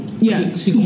Yes